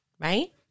Right